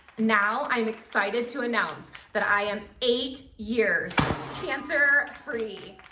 now i'm excited to announce that i am eight years cancer free.